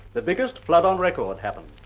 the biggest flood on record happened.